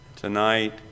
Tonight